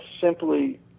simply